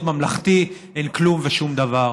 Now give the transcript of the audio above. אין כלום ושום דבר.